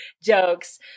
jokes